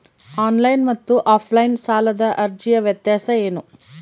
Online ಮತ್ತು offline ಸಾಲದ ಅರ್ಜಿಯ ವ್ಯತ್ಯಾಸ ಏನು?